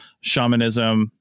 shamanism